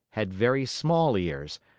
had very small ears,